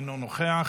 אינו נוכח,